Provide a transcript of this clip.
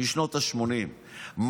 בשנות השמונים,